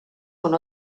con